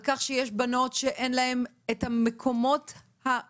על כך שיש בנות שעוברות תקיפות מיניות ואין להן את המקומות הייעודיים,